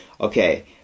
Okay